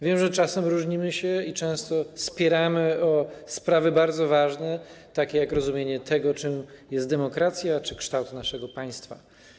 Wiem, że czasem się różnimy i często spieramy o sprawy bardzo ważne, takie jak rozumienie tego, czym jest demokracja czy kształt naszego państwa.